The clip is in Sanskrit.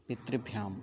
पितृभ्याम्